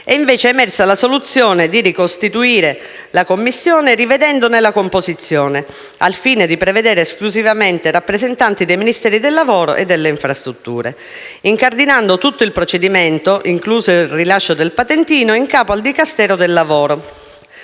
è invece emersa la soluzione di ricostituire la commissione, rivedendone la composizione, al fine di prevedere esclusivamente rappresentanti dei Ministeri del lavoro e delle infrastrutture, incardinando tutto il procedimento, incluso il rilascio del patentino, in capo al Dicastero del lavoro